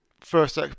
first